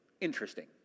interesting